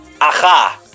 Aha